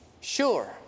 Sure